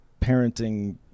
parenting